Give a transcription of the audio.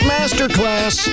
Masterclass